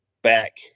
back